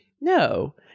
No